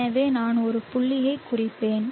எனவே நான் ஒரு புள்ளியைக் குறிப்பேன்